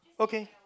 okay